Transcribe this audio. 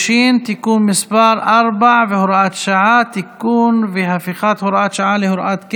אני קובע שהצעת חוק לתיקון פקודת התעבורה (מס' 129)